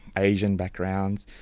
asian backgrounds,